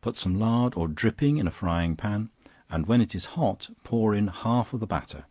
put some lard or dripping in a frying-pan, and when it is hot pour in half of the batter,